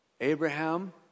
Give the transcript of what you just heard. Abraham